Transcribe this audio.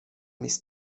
miss